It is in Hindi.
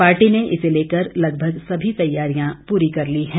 पार्टी ने इसे लेकर लगभग समी तैयारियां पूरी कर ली है